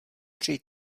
při